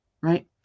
right